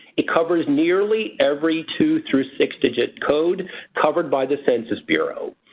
it covers nearly every two through six digit code cover by the census bureau.